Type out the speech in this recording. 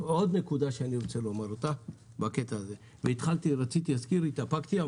עוד נקודה שרציתי להזכיר אבל התאפקתי.